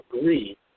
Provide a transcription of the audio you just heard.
agree